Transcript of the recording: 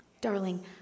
Darling